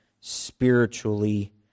spiritually